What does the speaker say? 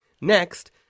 Next